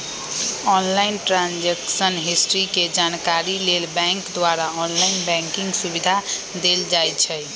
online transaction history के जानकारी लेल बैंक द्वारा ऑनलाइन बैंकिंग सुविधा देल जाइ छइ